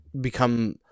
become